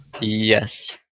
Yes